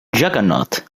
juggernaut